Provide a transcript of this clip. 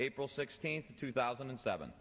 april sixteenth two thousand and seven